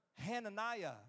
Hananiah